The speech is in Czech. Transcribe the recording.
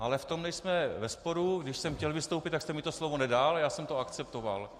Ale v tom nejsme ve sporu, když jsem chtěl vystoupit, tak jste mi to slovo nedal, a já jsem to akceptoval.